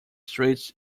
streets